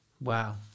Wow